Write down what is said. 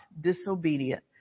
disobedient